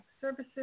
services